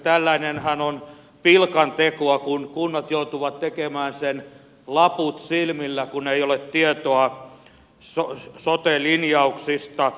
tällainenhan on pilkantekoa kun kunnat joutuvat tekemään sen laput silmillä kun ei ole tietoa sote linjauksista